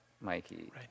Mikey